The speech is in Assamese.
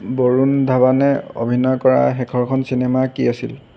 বৰুণ ধাৱানে অভিনয় কৰা শেষৰখন চিনেমা কি আছিল